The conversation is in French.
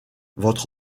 votre